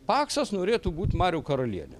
paksas norėtų būt marių karaliene